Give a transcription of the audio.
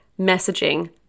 messaging